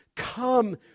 Come